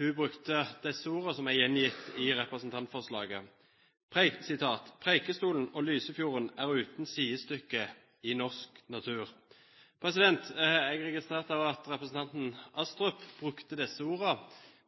Hun brukte disse ordene, som er gjengitt i representantforslaget: «Preikestolen og Lysefjorden er uten sidestykke i norsk natur.» Jeg har registrert at også representanten Astrup brukte disse ordene,